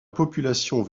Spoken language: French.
population